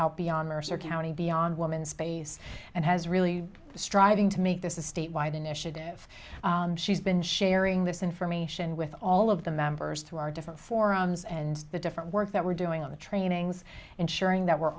out beyond mercer county beyond woman space and has really striving to make this a statewide initiative she's been sharing this information with all of the members through our different forums and the different work that we're doing on the trainings ensuring that we're